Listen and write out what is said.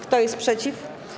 Kto jest przeciw?